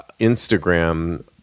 instagram